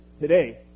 today